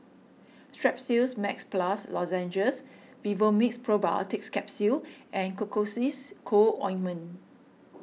Strepsils Max Plus Lozenges Vivomixx Probiotics Capsule and Cocois Co Ointment